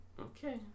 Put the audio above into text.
Okay